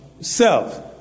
self